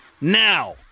now